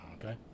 Okay